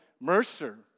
Mercer